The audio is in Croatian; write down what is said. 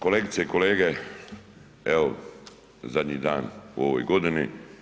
Kolegice i kolege, evo zadnji dan u ovoj godini.